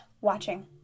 watching